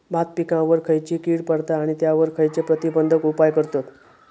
भात पिकांवर खैयची कीड पडता आणि त्यावर खैयचे प्रतिबंधक उपाय करतत?